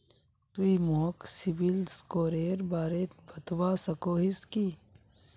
तुई मोक सिबिल स्कोरेर बारे बतवा सकोहिस कि?